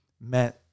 meant